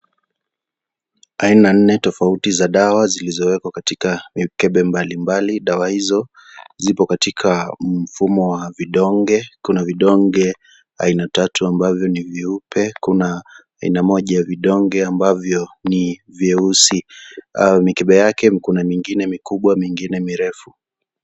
Aina nne tofauti za dawa zilizowekwa katika mikebe mbalimbali, dawa hizo zipo katika mfumo wa vidonge, kuna vidonge aina tatu ambavyo ni vyeupe kuna aina moja ya vidonge ambavyo ni vyeusi, mikebe yake kuna mingine mikubwa na mingine mirefu.